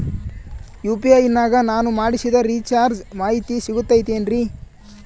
UPI ನಾಗ ನಾನು ಮಾಡಿಸಿದ ರಿಚಾರ್ಜ್ ಮಾಹಿತಿ ಸಿಗುತೈತೇನ್ರಿ?